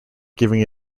giving